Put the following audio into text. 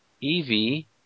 Evie